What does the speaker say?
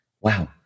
Wow